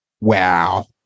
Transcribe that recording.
Wow